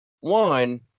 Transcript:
One